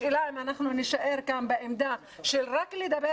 השאלה אם אנחנו נישאר כאן בעמדה של רק לדבר